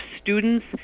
students